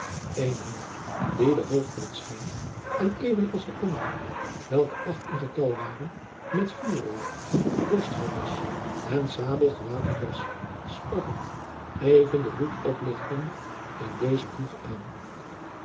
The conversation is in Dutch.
een hunner die de hoofdman scheen en even als de anderen welke acht in getal waren met vuurroer borstharnas en sabel gewapend was sprak hem even den hoed oplichtende in dezer voege aan